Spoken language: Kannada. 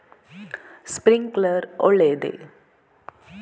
ಸ್ಪಿರಿನ್ಕ್ಲೆರ್ ಒಳ್ಳೇದೇ?